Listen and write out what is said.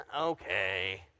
okay